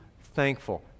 thankful